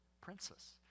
princess